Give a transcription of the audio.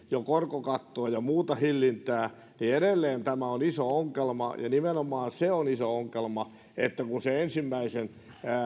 jo korkokattoa ja muuta hillintää edelleen tämä on iso ongelma ja nimenomaan se on iso ongelma että sen ensimmäisen